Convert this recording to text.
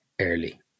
early